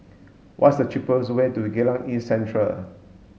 what's the cheapest way to Geylang East Central